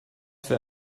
für